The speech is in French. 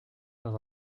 dans